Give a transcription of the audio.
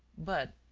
but.